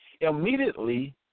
Immediately